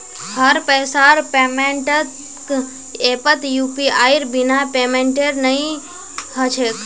हर पैसार पेमेंटक ऐपत यूपीआईर बिना पेमेंटेर नइ ह छेक